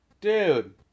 Dude